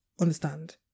Understand